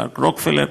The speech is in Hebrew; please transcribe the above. פארק רוקפלר,